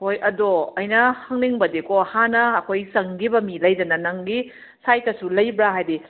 ꯍꯣꯏ ꯑꯗꯣ ꯑꯩꯅ ꯍꯪꯅꯤꯡꯕꯗꯤꯀꯣ ꯍꯥꯟꯅ ꯑꯩꯈꯣꯏ ꯆꯪꯈꯤꯕ ꯃꯤ ꯂꯩꯗꯅ ꯅꯪꯒꯤ ꯁꯥꯏꯠꯇꯁꯨ ꯂꯩꯕ꯭ꯔꯥ ꯍꯥꯏꯗꯤ